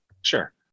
Sure